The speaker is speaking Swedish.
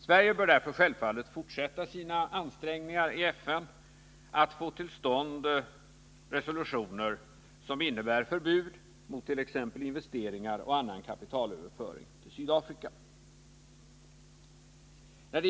Sverige bör därför självfallet fortsätta sina ansträngningar att i FN få till stånd resolutioner som innebär förbud mot t.ex. investeringar och annan kapitalöverföring till Sydafrika.